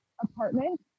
apartment